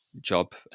job